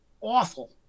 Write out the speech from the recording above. awful